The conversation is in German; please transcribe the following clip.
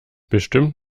bestimmt